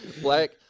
Black